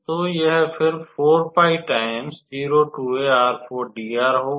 तो यह फिर होगा